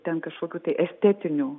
ten kažkokių estetinių